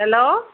hello